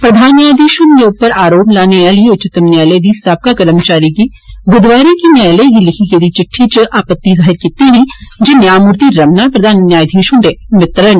प्रधान न्यायधीश उप्पर आरोप लाने आली उच्चतम न्यायालय दी साबका कर्मचारी गी बुधवार गी न्यायलय गी लिखी गेदी चिट्ठी इच आपत्ति जाहिर कीत्ती ही जे न्यायमूर्ती रमणा प्रधान न्यायधीश हुन्दे मित्र न